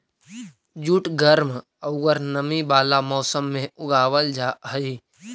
jute गर्म औउर नमी वाला मौसम में उगावल जा हई